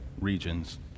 regions